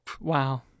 Wow